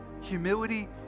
Humility